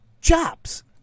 jobs